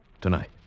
Tonight